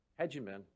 hegemon